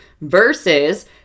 versus